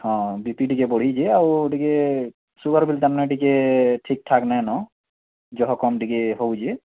ହଁ ବିପି ଟିକେ ବଢ଼ିଛି ଆଉ ଟିକେ ସୁଗାର୍ ଲେବଲଟା ଟିକେ ଠିକଠାକ୍ ନାଇନୋ ଜହ କମ୍ ଟିକେ ହଉଛି